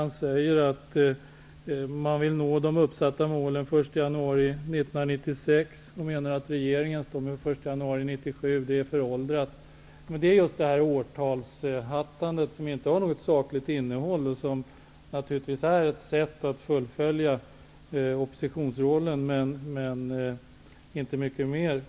Han säger där att Vänsterpartiet vill nå de uppsatta målen den 1 januari 1996, och att lagstiftningen kommer att vara föråldrad om den genomförs den 1 januari 1997 som regeringen vill. Det är just detta årtalshattande utan sakligt innehåll som naturligtvis är ett sätt att fullfölja oppositionsrollen men inte mycket mer.